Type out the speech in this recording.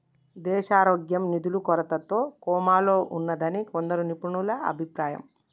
దేశారోగ్యం నిధుల కొరతతో కోమాలో ఉన్నాదని కొందరు నిపుణుల అభిప్రాయం